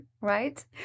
right